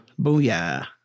Booyah